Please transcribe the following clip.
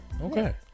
Okay